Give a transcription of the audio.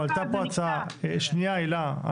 הועלתה פה הצעה, שנייה הילה.